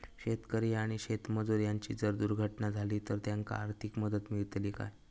शेतकरी आणि शेतमजूर यांची जर दुर्घटना झाली तर त्यांका आर्थिक मदत मिळतली काय?